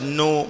no